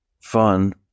fun